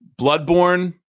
bloodborne